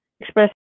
express